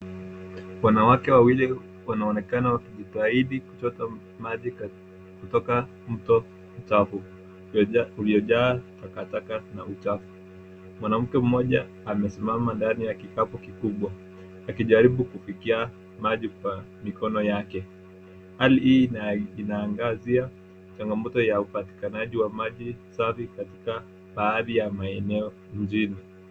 Wanawake wawili wanaonekana wakijitahidi kuchota maji kutoka mto mchafu uliojaa takataka na uchafu. Mwanamke mmoja amesimama ndani ya kikapu kikubwa akijaribu kufikia maji kwa mikono yake. Hali hii inaangazia changamoto ya upatikanaji wa maji safi katika baadhi ya maeneo mjini.